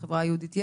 בחברה היהודית יש?